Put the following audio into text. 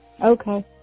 Okay